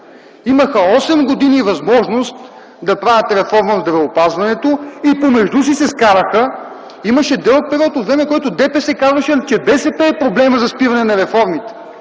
Имаха осем години възможност да правят реформа в здравеопазването и помежду си се скараха. Имаше дълъг период от време, в който ДПС казваше, че БСП е проблемът за спиране на реформите.